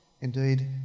Indeed